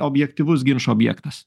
objektyvus ginčo objektas